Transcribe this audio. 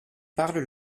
parlent